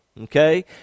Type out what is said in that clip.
okay